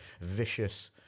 vicious